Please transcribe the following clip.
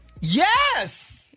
Yes